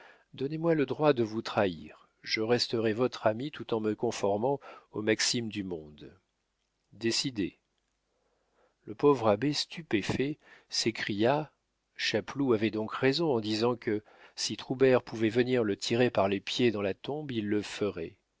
donnez-moi le droit de vous trahir je resterai votre amie tout en me conformant aux maximes du monde décidez le pauvre abbé stupéfait s'écria chapeloud avait donc raison en disant que si troubert pouvait venir le tirer par les pieds dans la tombe il le ferait